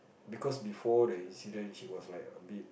because before the incident she was like a bit